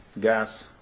gas